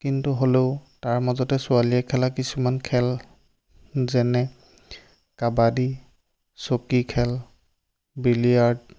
কিন্তু হ'লেও তাৰ মাজতে ছোৱালীয়ে খেলা কিছুমান খেল যেনে কাবাডী চকীখেল বিলিয়াৰ্ট